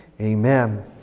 amen